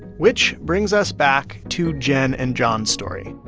which brings us back to jen and john's story